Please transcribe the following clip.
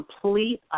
complete